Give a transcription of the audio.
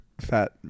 fat